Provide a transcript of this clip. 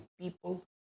people